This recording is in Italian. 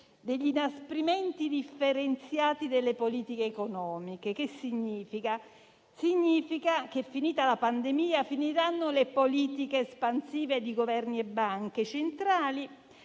degli inasprimenti differenziati delle politiche economiche. Ciò significa che, finita la pandemia, finiranno le politiche espansive di Governi e banche centrali,